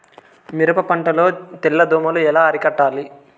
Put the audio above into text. మిరప పంట లో తెల్ల దోమలు ఎలా అరికట్టాలి?